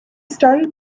started